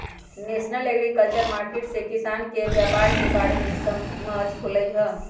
national agriculture market से किसान के व्यापार के बारे में समझ होलई ह